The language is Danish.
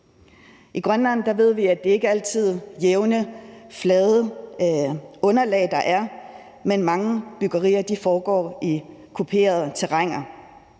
I Grønland ved vi, at det ikke altid er jævne, flade underlag, der er, men at mange byggerier foregår i kuperede terræner.